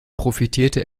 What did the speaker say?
profitierte